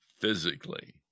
physically